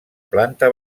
planta